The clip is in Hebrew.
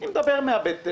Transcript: אני מדבר מהבטן.